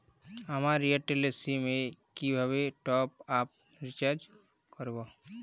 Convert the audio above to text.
আমার Airtel sim এ কিভাবে টপ আপ রিচার্জ করবো?